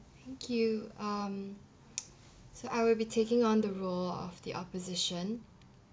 you um so I will be taking on the role of the opposition